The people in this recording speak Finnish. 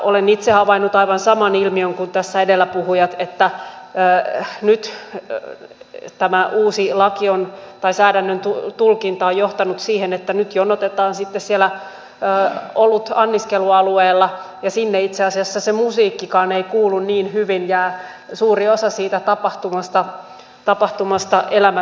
olen itse havainnut aivan saman ilmiön kuin tässä edellä puhuneet että nyt tämä uusi säädännön tulkinta on johtanut siihen että jonotetaan sitten siellä anniskelualueella ja sinne itse asiassa se musiikkikaan ei kuulu niin hyvin jää suuri osa siitä tapahtumasta elämättä ja kokematta